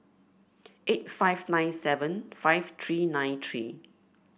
eight five nine seven five three nine three